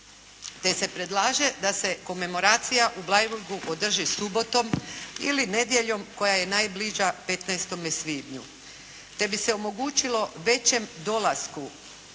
te se predlaže da se komemoracija u Bleiburgu održi subotom ili nedjeljom koja je najbliža 15. svibnju te bi se omogućilo većem dolasku